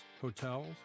hotels